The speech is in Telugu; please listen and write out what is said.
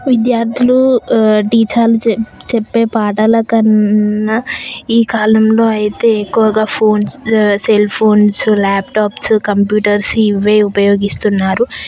విద్యార్థులు టీచర్లు చె చెప్పే పాఠాల కన్న ఈ కాలంలో అయితే ఎక్కువగా phones cell phones laptops computers ఇవే ఉపయోగిస్తున్నారు